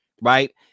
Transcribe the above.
right